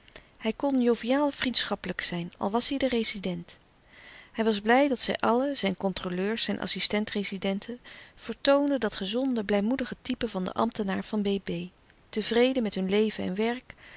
hij kon joviaal vriendschappelijk zijn al was hij de rezident hij was blij dat zij allen zijn controleurs zijn assistentrezidenten vertoonden dat gezonde blijmoedige type van den ambtenaar van b b tevreden met hun leven en werk